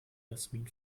jasmin